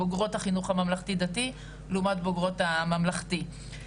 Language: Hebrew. בוגרות החינוך הממלכתי-דתי לעומת בוגרות הממלכתי.